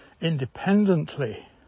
independently